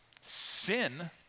sin